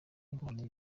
impano